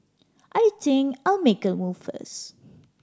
I think I'll make a move first